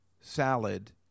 salad